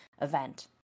event